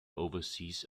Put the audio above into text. overseas